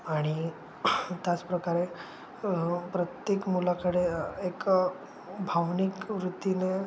आणि त्याचप्रकारे प्रत्येक मुलाकडे एक भावनिक वृत्तीने